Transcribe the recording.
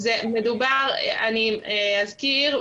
אני אזכיר.